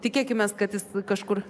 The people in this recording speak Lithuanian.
tikėkimės kad jis kažkur